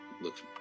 looks